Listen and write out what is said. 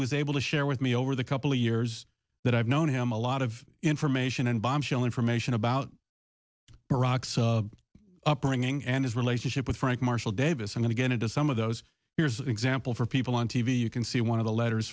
was able to share with me over the couple of years that i've known him a lot of information and bombshell information about iraq's upbringing and his relationship with frank marshall davis i'm going to get into some of those here's an example for people on t v you can see one of the letters